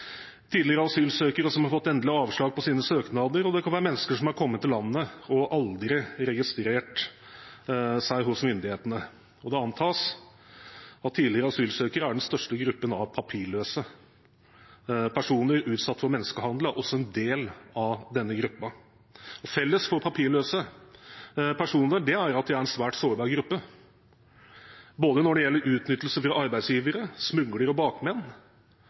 tidligere asylsøkere som har fått endelig avslag på sine søknader, og det kan være mennesker som har kommet til landet og aldri har registrert seg hos myndighetene. Det antas at tidligere asylsøkere er den største gruppen av papirløse. Personer utsatt for menneskehandel er også en del av denne gruppen. Felles for papirløse personer er at de er en svært sårbar gruppe når det gjelder utnyttelse fra både arbeidsgivere, smuglere og bakmenn.